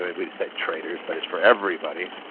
we said traders but it's for everybody.